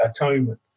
atonement